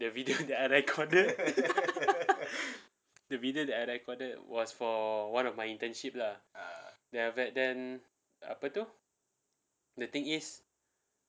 the video that I recorded the video that I recorded was for one of my internship lah then after that then apa tu the thing is